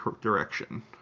direction